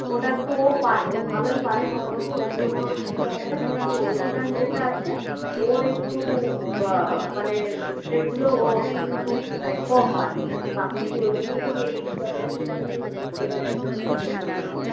ওটা একটু ও পারে ও ভালোই পারে মোটামুটি ওগুলো কোনো অসুবিধা হবে না কিন্তু ওয়েস্টার্ন যেটা আছে ওর একটু মানে স্টেপগুলো ও একটু মানে কম পারে আপনি যদি ওইগুলো একটু এই কটা দিনে যদি করে দেন তাহলে খুবই ভালো হবে